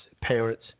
parents